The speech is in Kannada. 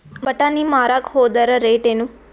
ಬಟಾನಿ ಮಾರಾಕ್ ಹೋದರ ರೇಟೇನು?